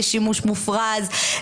לשימוש מופרז,